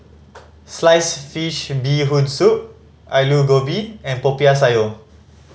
sliced fish Bee Hoon Soup Aloo Gobi and Popiah Sayur